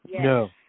No